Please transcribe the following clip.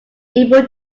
able